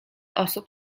osób